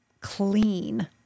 clean